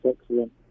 excellent